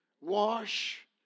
Wash